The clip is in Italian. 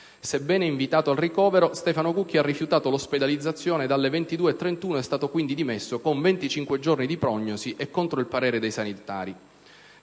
Sebbene invitato al ricovero, Stefano Cucchi ha rifiutato l'ospedalizzazione ed alle ore 22,31 è stato quindi dimesso con 25 giorni di prognosi e contro il parere dei sanitari.